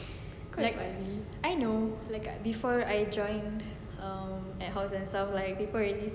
correct I know like I before I join um ad hoc and stuff like people already